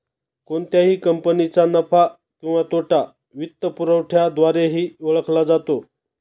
कोणत्याही कंपनीचा नफा किंवा तोटा वित्तपुरवठ्याद्वारेही ओळखला जातो